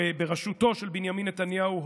בראשותו של בנימין נתניהו,